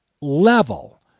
level